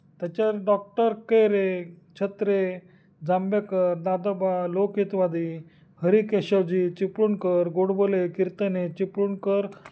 त्याच्यावर डॉक्टर केरे छत्रे जांभेकर दादोबा लोकहितवादी हरी केशवजी चिपळुणकर गोडबोले कीर्तने चिपळुणकर